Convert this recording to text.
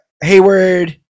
Hayward